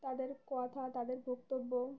তাদের কথা তাদের বক্তব্য